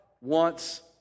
wants